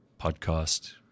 podcast